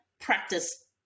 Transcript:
practice